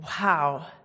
Wow